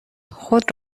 خود